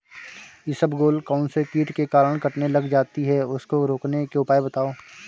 इसबगोल कौनसे कीट के कारण कटने लग जाती है उसको रोकने के उपाय बताओ?